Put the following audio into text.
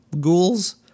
ghouls